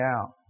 out